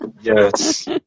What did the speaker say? Yes